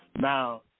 Now